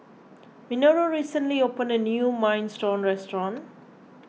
Minoru recently opened a new Minestrone restaurant